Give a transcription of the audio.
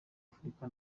afurika